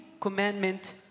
commandment